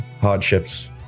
hardships